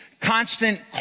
constant